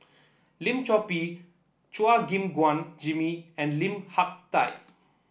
Lim Chor Pee Chua Gim Guan Jimmy and Lim Hak Tai